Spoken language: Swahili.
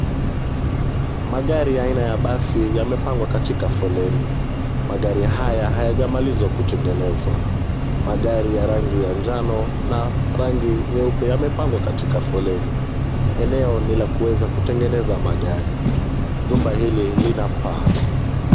Magari aina ya basi yamepangwa katika foleni. Magari haya hayajamalizwa kutengenezwa. Magari ya rangi ya njano na rangi nyeupe yamepangwa katika foleni. Eneo ni la kuweza kutengeneza magari. Jumba hili lina paa.